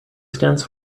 stands